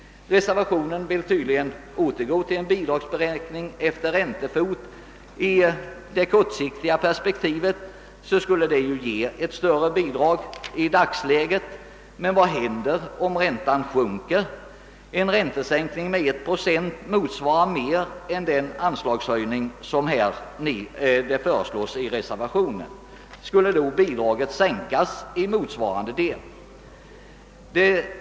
Reservationen vill tydligen återgå till en bidragsberäkning efter räntefot. Sett i ett kortsiktigt perspektiv skulle detta i dagens läge ge ett större bidrag, men vad händer om räntan sjunker? En räntesänkning med en procent motsvarar mer än den anslagshöjning som här föreslås i reservationen. Bidraget skulle då sänkas i motsvarande del.